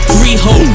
reho